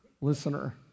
listener